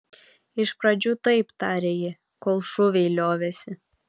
iš pradžių taip tarė ji kol šūviai liovėsi